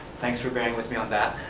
thanks for bearing with me on that,